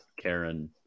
karen